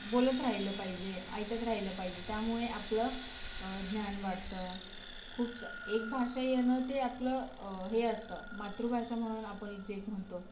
बोलत राहिलं पाहिजे ऐकत राहिलं पाहिजे त्यामुळे आपलं ज्ञान वाढतं खूप स एक भाषा येणं ते आपलं हे असतं मातृभाषा म्हणून आपण एक जे म्हणतो